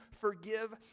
forgive